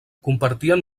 compartien